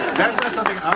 that's not something